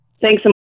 Thanks